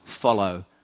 follow